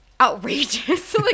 outrageous